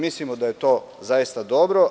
Mislimo da je to zaista dobro.